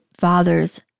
fathers